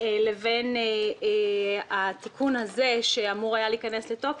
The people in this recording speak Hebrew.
לבין התיקון הזה שאמור היה להיכנס לתוקף,